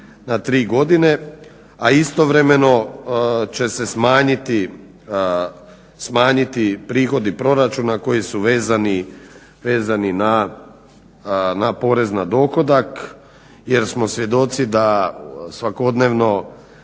na tri godine, a istovremeno će se smanjiti prihodi proračuna koji su vezani na porez na dohodak jer smo svjedoci da svakodnevno